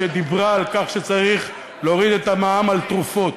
שדיברה על כך שצריך להוריד את המע"מ על תרופות.